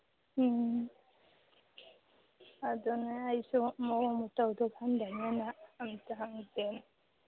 ꯎꯝ ꯑꯗꯨꯅꯦ ꯑꯩꯁꯨ ꯃꯑꯣꯡ ꯃꯇꯧꯗꯣ ꯈꯪꯗꯝꯅꯤꯅ ꯑꯃꯨꯛꯇ ꯍꯪꯒꯦ